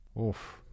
oof